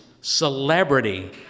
celebrity